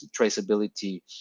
traceability